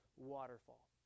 waterfall